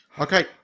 Okay